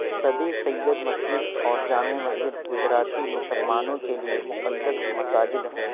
صدی سید مسجد اور جامع مسجد گجراتی مسلمانوں کے لیے مقدس مساجد ہیں